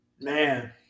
man